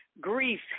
grief